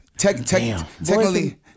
Technically